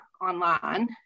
online